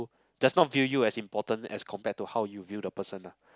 does not view you as important as compared to how you view the person ah